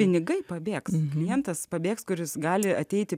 pinigai pabėgs klientas pabėgs kuris gali ateiti